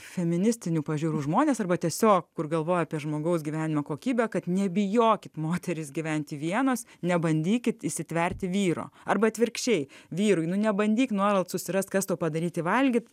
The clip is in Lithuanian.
feministinių pažiūrų žmonės arba tiesiog kur galvoja apie žmogaus gyvenimo kokybę kad nebijokit moterys gyventi vienos nebandykit įsitverti vyro arba atvirkščiai vyrui nebandyk nuolat susirasti kas to padaryti valgyti